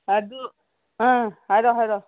ꯑꯗꯨ ꯑꯥ ꯍꯥꯏꯔꯣ ꯍꯥꯏꯔꯣ